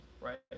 right